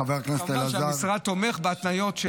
כמובן שהמשרד תומך בהתניות,